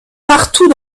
partout